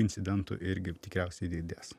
incidentų irgi tikriausiai didės